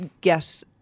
get